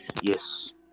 yes